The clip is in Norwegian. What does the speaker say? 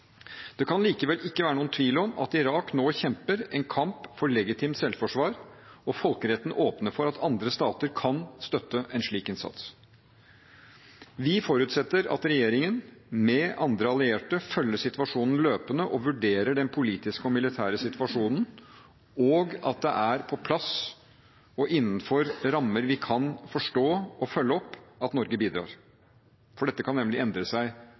Det kan likevel ikke være noen tvil om at Irak nå kjemper en kamp for legitimt selvforsvar, og folkeretten åpner for at andre stater kan støtte en slik innsats. Vi forutsetter at regjeringen, sammen med andre allierte, følger situasjonen løpende, vurderer den politiske og militære situasjonen, at dette er på plass og innenfor rammer vi kan forstå, og følger opp at Norge bidrar. Dette kan nemlig endre seg